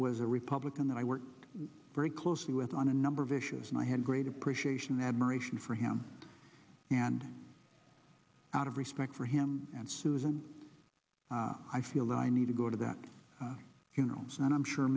was a republican that i worked very closely with on a number of issues and i had great appreciation admiration for him and out of respect for him and susan i feel i need to go to the funerals and i'm sure